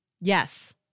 Yes